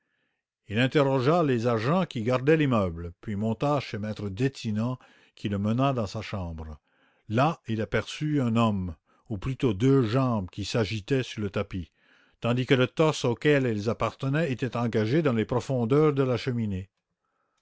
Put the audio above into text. il interrogea les agents qui gardaient l'immeuble puis monta chez m e detinan qui le conduisit dans sa chambre là il aperçut un homme ou plutôt deux jambes qui s'agitaient sur le tapis tandis que le torse auquel elles appartenaient était engagé dans les profondeurs de la cheminée